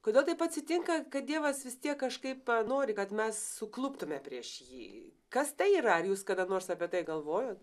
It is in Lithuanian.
kodėl taip atsitinka kad dievas vis tiek kažkaip nori kad mes sukluptume prieš jį kas tai yra ar jūs kada nors apie tai galvojot